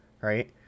right